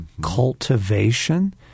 cultivation